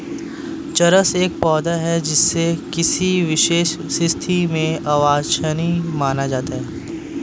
चरस एक पौधा है जिसे किसी विशेष स्थिति में अवांछनीय माना जाता है